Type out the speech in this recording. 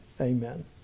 Amen